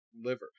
liver